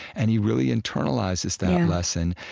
and he really internalizes that lesson.